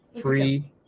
free